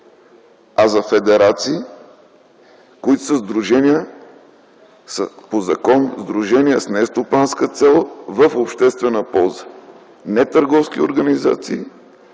а за федерации, които по закона са сдружения с нестопанска цел в обществена полза, не търговски организации,